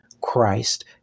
Christ